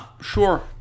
sure